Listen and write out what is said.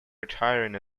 retiring